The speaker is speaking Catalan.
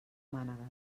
mànegues